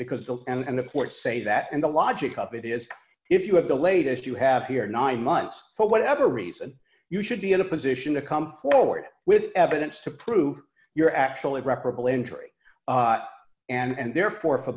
because and the poor say that and the logic of it is if you have the latest you have here nine months for whatever reason you should be in a position to come forward with evidence to prove you're actually reparable injury and therefore for